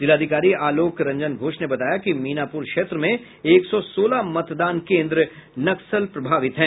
जिलाधिकारी आलोक रंजन घोष ने बताया कि मीनापुर क्षेत्र में एक सौ सोलह मतदान केन्द्र नक्सल प्रभावित हैं